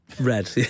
Red